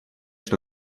что